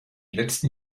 letzten